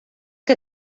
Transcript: que